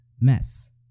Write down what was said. mess